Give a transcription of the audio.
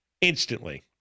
Instantly